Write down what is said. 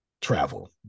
travel